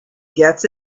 gets